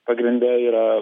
pagrinde yra